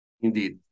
indeed